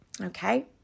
Okay